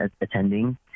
attending